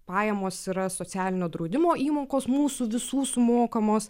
pajamos yra socialinio draudimo įmokos mūsų visų sumokamos